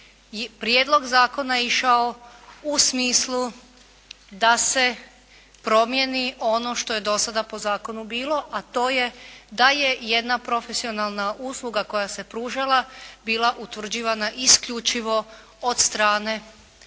prijedlog zakona išao u smislu da se promijeni ono što je do sada po zakonu bilo, a to je da je jedna profesionalna usluga koja se pružala bila utvrđivana isključivo od strane te